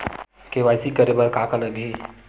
KYC करे बर का का लगही?